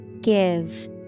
Give